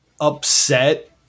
upset